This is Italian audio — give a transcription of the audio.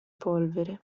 polvere